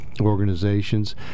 organizations